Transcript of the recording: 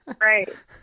Right